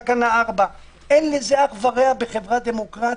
אין לזה אח ורע בחברה דמוקרטית.